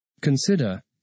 Consider